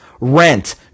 Rent